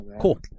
Cool